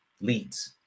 leads